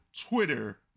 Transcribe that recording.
Twitter